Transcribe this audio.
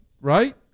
right